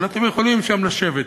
אבל אתם יכולים לשבת שם.